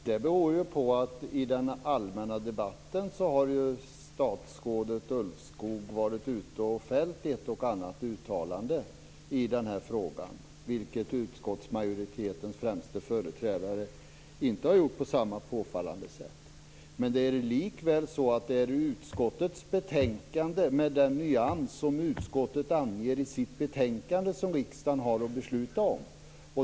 Fru talman! I den allmänna debatten har statsrådet Ulvskog varit ute och fällt ett och annat uttalande i frågan, vilket utskottsmajoritetens främste företrädare inte har gjort på samma påfallande sätt. Det är likväl utskottets betänkande, med den nyans som utskottet anger i sitt betänkande, som riksdagen har att besluta om.